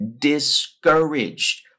discouraged